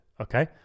Okay